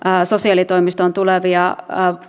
sosiaalitoimistoon tulevia